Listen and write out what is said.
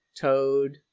Toad